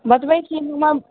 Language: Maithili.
बतबै छी